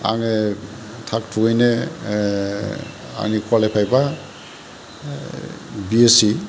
आङो थागथुगैनो आंनि क्वालिफाय बा बि एससि